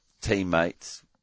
teammates